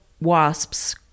wasps